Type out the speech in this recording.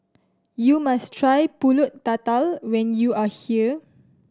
you must try Pulut Tatal when you are here